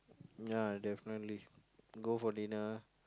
ya definitely go for dinner